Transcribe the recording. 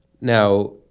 now